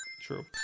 True